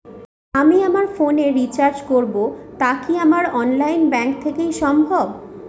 আমি আমার ফোন এ রিচার্জ করব টা কি আমার অনলাইন ব্যাংক থেকেই সম্ভব?